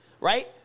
right